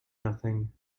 nothing